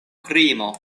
krimo